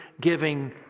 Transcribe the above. giving